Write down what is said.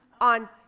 on